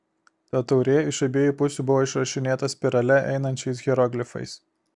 ta taurė iš abiejų pusių buvo išrašinėta spirale einančiais hieroglifais